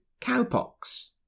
cowpox